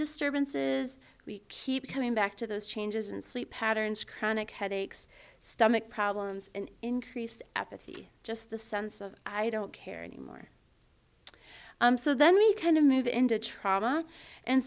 disturbances we keep coming back to those changes in sleep patterns chronic headaches stomach problems an increased apathy just the sense of i don't care anymore so then we kind of move into trauma and